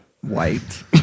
white